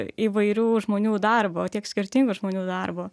įvairių žmonių darbo tiek skirtingų žmonių darbo